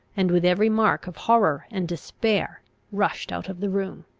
and with every mark of horror and despair rushed out of the room.